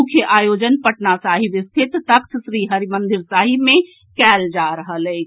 मुख्य आयोजन पटना साहिब स्थित तख्तश्री हरिमंदिर साहिब मे कयल जा रहल अछि